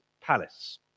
palace